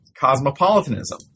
cosmopolitanism